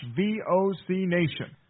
vocnation